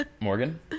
Morgan